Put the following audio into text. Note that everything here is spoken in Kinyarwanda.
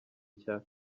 nshya